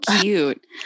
cute